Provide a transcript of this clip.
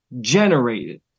generated